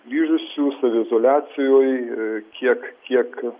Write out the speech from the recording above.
grįžusių saviizoliacijoj ir kiek kiek